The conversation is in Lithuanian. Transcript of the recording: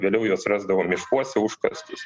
vėliau juos rasdavo miškuose užkastus